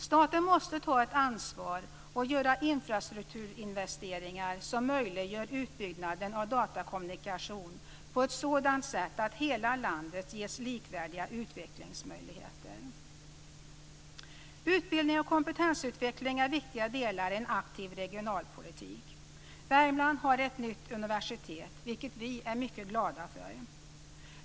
Staten måste ta ett ansvar och göra infrastrukturinvesteringar som möjliggör utbyggnad av datakommunikation på ett sådant sätt att hela landet ges likvärdiga utvecklingsmöjligheter. Utbildning och kompetensutveckling är viktiga delar i en aktiv regionalpolitik. Värmland har ett nytt universitet, vilket vi är mycket glada för.